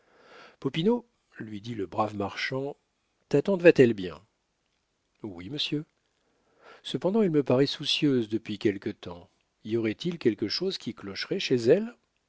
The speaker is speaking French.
lui dit le brave marchand ta tante va-t-elle bien oui monsieur cependant elle me paraît soucieuse depuis quelque temps y aurait-il quelque chose qui clocherait chez elle